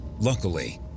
Luckily